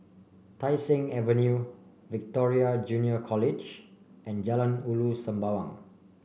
Tai Seng Avenue Victoria Junior College and Jalan Ulu Sembawang